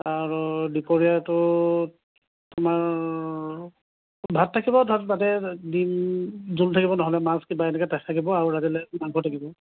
আৰু দুপৰীয়াটোত আমাৰ ভাত থাকিব তাত বাদে ডিম জোল থাকিব নহ'লে মাছ কিবা এনেকৈ থাকিব আৰু ৰাতিলৈ মাংস থাকিব